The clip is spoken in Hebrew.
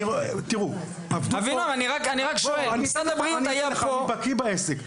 אני בקי בעסק.